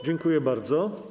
Dziękuję bardzo.